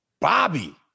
Bobby